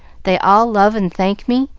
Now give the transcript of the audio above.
they all love and thank me,